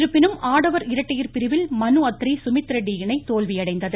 இருப்பினும் ஆடவர் இரட்டையர் பிரிவில் மனு அத்ரி சுமித் ரெட்டி இணை தோல்வி அடைந்தது